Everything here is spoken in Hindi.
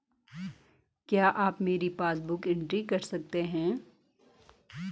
क्या आप मेरी पासबुक बुक एंट्री कर सकते हैं?